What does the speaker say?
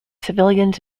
civilians